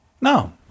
No